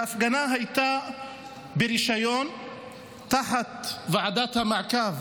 וההפגנה הייתה ברישיון תחת ועדת המעקב